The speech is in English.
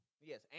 Yes